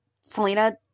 selena